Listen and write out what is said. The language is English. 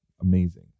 amazing